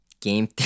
Game